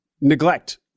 neglect